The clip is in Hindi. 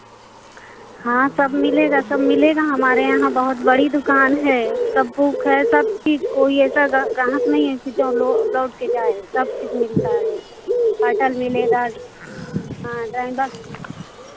हाँ सब मिलेगा सब मिलेगा हमारे यहाँ बहुत बड़ी दुकान है उसका बुक है सब चीज़ कोई ऐसा गा ग्राहक नहीं है कि जो लौ लौट के जाए सब चीज़ मिलता है पटल मिलेगा हाँ ड्रॉइंग बॉक्स मिले